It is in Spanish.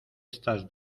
estas